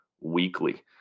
weekly